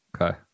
Okay